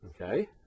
okay